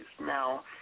Now